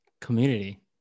community